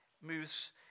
Moves